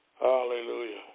Hallelujah